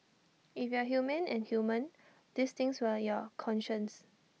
if you are human and human these things will your conscience